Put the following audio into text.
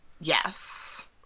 Yes